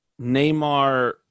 Neymar